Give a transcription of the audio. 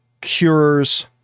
cures